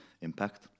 impact